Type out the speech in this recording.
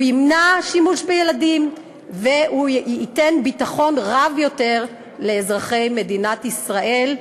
הוא ימנע שימוש בילדים והוא ייתן ביטחון רב יותר לאזרחי מדינת ישראל,